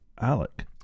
Alec